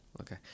Okay